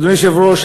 אדוני היושב-ראש,